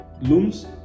looms